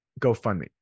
GoFundMe